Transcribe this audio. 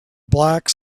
black